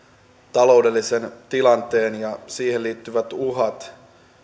taloudellisen tilanteen ja siihen liittyvät uhat